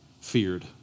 feared